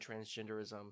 transgenderism